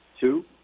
two